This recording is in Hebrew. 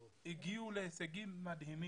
הם הגיעו להישגים מדהימים.